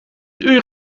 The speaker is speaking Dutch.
uur